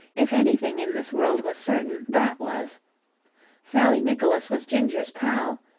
if anything in this world was certain that was sally nicholas was ginger's pal,